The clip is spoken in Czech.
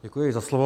Děkuji za slovo.